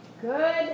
Good